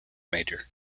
major